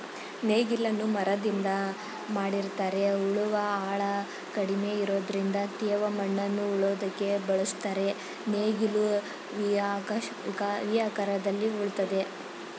ನೇಗಿಲನ್ನು ಮರದಿಂದ ಮಾಡಿರ್ತರೆ ಉಳುವ ಆಳ ಕಡಿಮೆ ಇರೋದ್ರಿಂದ ತೇವ ಮಣ್ಣನ್ನು ಉಳೋದಕ್ಕೆ ಬಳುಸ್ತರೆ ನೇಗಿಲು ವಿ ಆಕಾರದಲ್ಲಿ ಉಳ್ತದೆ